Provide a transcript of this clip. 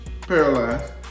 Paralyzed